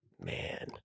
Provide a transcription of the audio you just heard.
Man